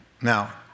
Now